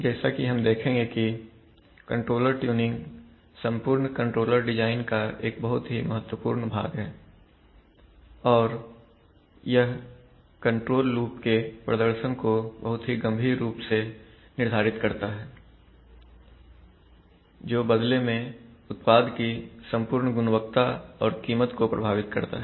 जैसा कि हम देखेंगे कि कंट्रोलर ट्यूनिंग संपूर्ण कंट्रोलर डिजाइन का एक बहुत ही महत्वपूर्ण भाग है और यह कंट्रोल लूप के प्रदर्शन को बहुत ही गंभीर रूप से निर्धारित करता हैजो बदले में उत्पाद की संपूर्ण गुणवत्ता और कीमत को प्रभावित करता है